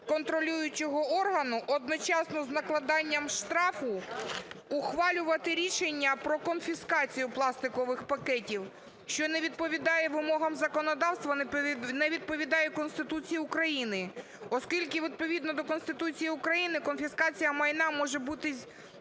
контролюючого органу одночасно з накладанням штрафу, ухвалювати рішення про конфіскацію пластикових пакетів, що не відповідає вимогам законодавства, не відповідає Конституції України. Оскільки відповідно до Конституції України конфіскація майна може бути